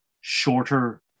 shorter